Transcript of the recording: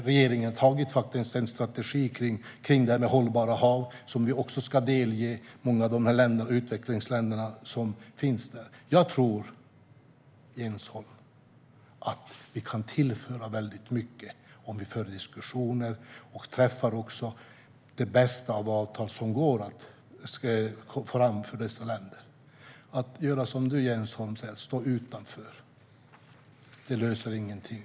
Regeringen har antagit en strategi om hållbara hav som vi ska delge många av utvecklingsländerna som finns där. Jag tror att vi kan tillföra väldigt mycket, Jens Holm, om vi för diskussioner. Vi träffar också de bästa av avtal som går att få fram för dessa länder. Att göra som du säger, Jens Holm, och stå utanför löser ingenting.